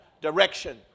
direction